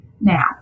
Now